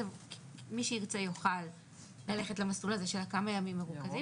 מי שירצה יוכל ללכת למסלול הזה של הכמה ימים מרוכזים